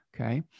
okay